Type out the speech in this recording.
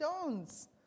stones